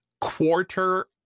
quarter